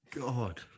God